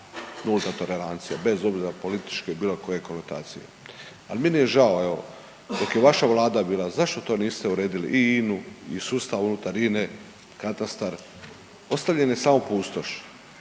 nužna je tolerancija bez obzira političke, bilo koje konotacije, al meni je žao evo dok je vaša vlada bila zašto to niste uredili i INA-u i sustav unutar INA-e, katastar, ostavljena je samo pustoš.